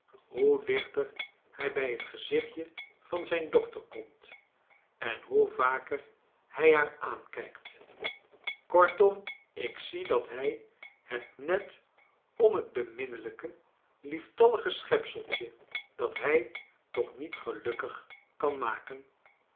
hoe dichter hij bij het gezichtje van zijne dochter komt en hoe vaker hij haar aankijkt kortom ik zie dat hij het net om het beminnelijke lieftallige schepseltje dat hij toch niet gelukkig kan maken